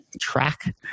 track